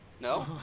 No